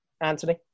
Anthony